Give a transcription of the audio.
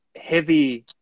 heavy